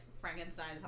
Frankenstein's